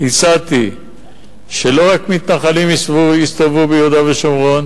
ייסדתי שלא רק מתנחלים יסתובבו ביהודה ושומרון